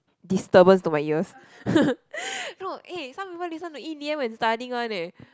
disturbance to my ears no eh some people listen to E_D_M when studying one eh